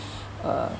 uh